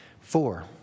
Four